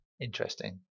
interesting